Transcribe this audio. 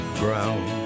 ground